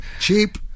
Cheap